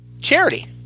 Charity